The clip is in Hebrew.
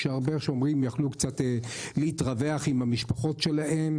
כשהרבה שומרים יכלו קצת להתרווח עם המשפחות שלהם,